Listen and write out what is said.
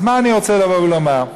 אז מה אני רוצה לבוא ולומר?